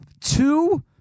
two